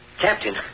Captain